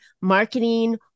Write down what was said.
marketing